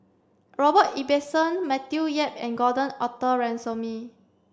Robert Ibbetson Matthew Yap and Gordon Arthur Ransome